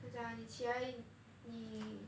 怎样讲 like 你起来你